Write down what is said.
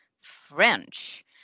French